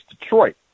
Detroit